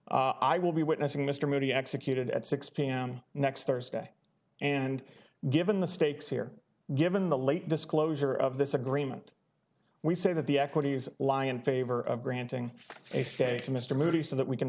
i will be witnessing mr moody executed at six pm next thursday and given the stakes here given the late disclosure of this agreement we say that the equities lie in favor of granting a stay to mr moody so that we can